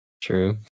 True